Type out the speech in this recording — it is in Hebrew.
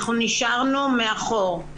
אנחנו נשארנו מאחור.